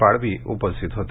पाडवी उपस्थित होते